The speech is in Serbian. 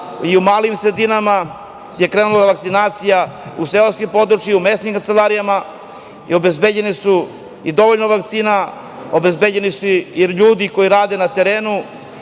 i u malim sredinama krenula vakcinacija, u seoskim područjima, u mesnim kancelarijama. Obezbeđeno je dovoljno vakcina. Obezbeđeni su i ljudi koji rade na terenu,